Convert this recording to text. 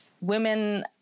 women